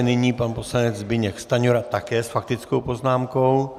Nyní pan poslanec Zbyněk Stanjura také s faktickou poznámkou.